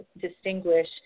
distinguish